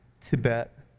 Tibet